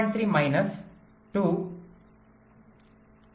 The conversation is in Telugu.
3 మైనస్ 2 3